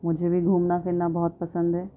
مجھے بھی گھونا پھرنا بہت پسند ہے